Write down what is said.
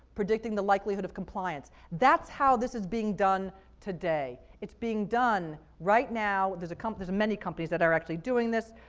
predicting the likelihood of compliance. that's how this is being done today. it's being done right now. there's a company there's many companies that are actually doing this.